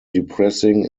depressing